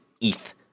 ETH